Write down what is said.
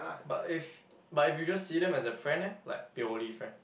but if but if you just see them as a friend eh like purely friend